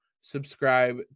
subscribe